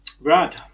Brad